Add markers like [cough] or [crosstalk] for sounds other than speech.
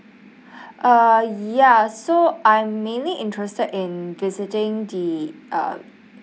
[breath] uh ya so I'm mainly interested in visiting the um